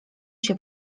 się